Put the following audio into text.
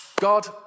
God